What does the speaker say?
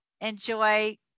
enjoy